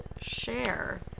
share